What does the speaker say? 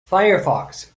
firefox